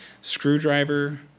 screwdriver